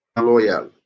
loyal